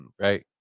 right